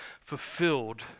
fulfilled